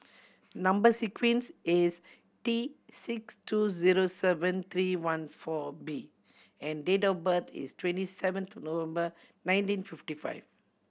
number sequence is T six two zero seven three one four B and date of birth is twenty seventh November nineteen fifty five